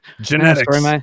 Genetics